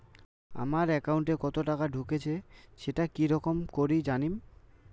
আমার একাউন্টে কতো টাকা ঢুকেছে সেটা কি রকম করি জানিম?